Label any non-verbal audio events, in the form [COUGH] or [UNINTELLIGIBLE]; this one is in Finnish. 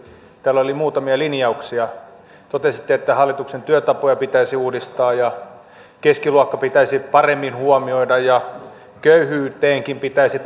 teillä oli muutamia linjauksia totesitte että hallituksen työtapoja pitäisi uudistaa ja keskiluokka pitäisi paremmin huomioida ja köyhyyteenkin pitäisi [UNINTELLIGIBLE]